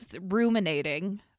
ruminating